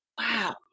Wow